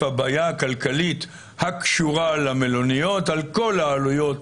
הבעיה הכלכלית הקשורה למלוניות על כל העלויות